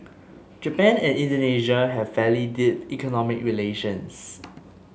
Japan and Indonesia have fairly deep economic relations